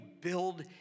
build